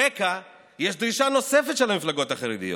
ברקע יש דרישה נוספת של המפלגות החרדיות,